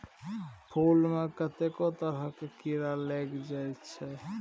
फुल मे कतेको तरहक कीरा लागि जाइ छै